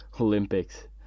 Olympics